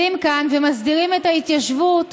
ומסדירים את ההתיישבות